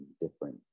different